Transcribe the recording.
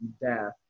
death